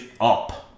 up